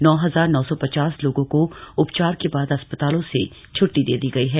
नौ हजार नौ सौ पचास लोगों को उपचार के बाद अस्पतालों से छट्टी दे दी गई है